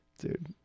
Dude